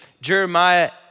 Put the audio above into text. Jeremiah